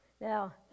Now